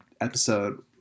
episode